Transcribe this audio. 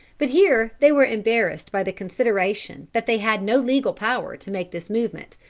but here they were embarrassed by the consideration that they had no legal power to make this movement,